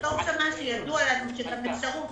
לכתוב שם שידוע לנו שגם אפשרות